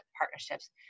partnerships